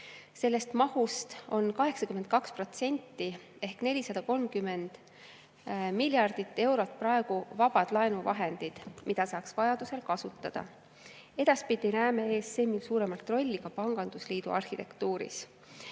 Sellest mahust on 82% ehk 430 miljardit eurot praegu vabad laenuvahendid, mida saaks vajaduse korral kasutada. Edaspidi näeme ESM-i suuremat rolli ka pangandusliidu arhitektuuris.